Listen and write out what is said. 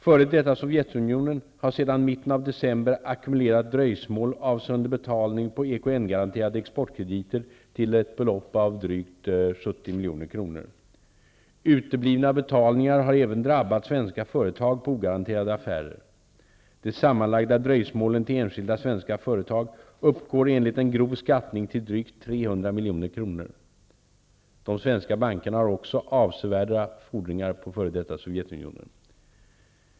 F.d. Sovjetunionen har sedan mitten av december ackumulerat dröjsmål avseende betalning på EKN 70 milj.kr. Uteblivna betalningar har även drabbat svenska företag på ogaranterade affärer. De sammanlagda dröjsmålen till enskilda svenska företag uppgår enligt en grov skattning till drygt 300 milj.kr. De svenska bankerna har också avsevärda fordringar på f.d. Sovjetunionen.